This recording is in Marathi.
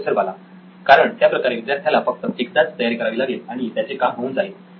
प्रोफेसर बाला कारण त्या प्रकारे विद्यार्थ्याला फक्त एकदाच तयारी करावी लागेल आणि त्याचे काम होऊन जाईल